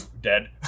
Dead